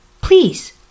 please